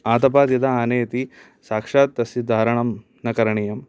आतपात् यदा आनयति साक्षात् तस्य धारणं न करणीयम्